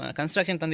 construction